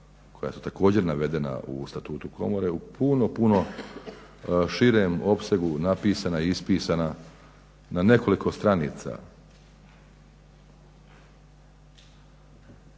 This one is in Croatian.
koja su također navedena u statutu komore u puno, puno širem opsegu napisana i ispisana na nekoliko stranica.